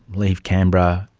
leave canberra,